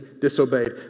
disobeyed